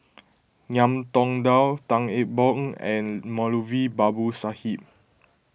Ngiam Tong Dow Tan Eng Bock and Moulavi Babu Sahib